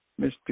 Mr